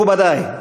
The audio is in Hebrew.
מכובדי,